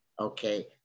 Okay